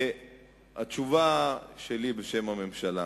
התשובה שלי בשם הממשלה: